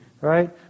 right